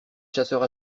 chasseurs